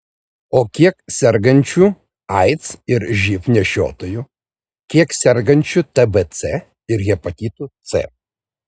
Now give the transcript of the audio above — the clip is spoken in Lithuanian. o kiek sergančių aids ir živ nešiotojų kiek sergančių tbc ir hepatitu c